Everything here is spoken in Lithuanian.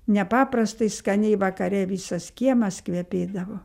nepaprastai skaniai vakare visas kiemas kvepėdavo